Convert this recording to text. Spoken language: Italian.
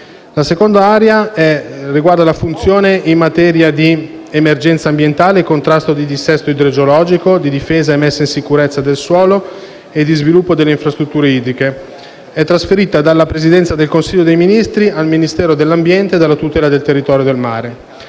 La seconda area riguarda la funzione in materia di emergenza ambientale e di contrasto al dissesto idrogeologico, di difesa e messa in sicurezza del suolo e di sviluppo delle infrastrutture idriche; è trasferita dalla Presidenza del Consiglio dei ministri al Ministero dell'ambiente e della tutela del territorio e del mare.